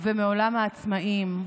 ומעולם העצמאים,